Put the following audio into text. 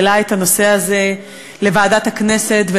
שהעלה את הנושא הזה בוועדת הכנסת,